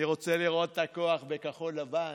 אני רוצה לראות את הכוח בכחול לבן